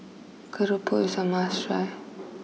Keropok is a must try